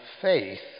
faith